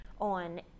on